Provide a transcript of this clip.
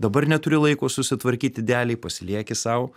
dabar neturi laiko susitvarkyt idealiai pasilieki sau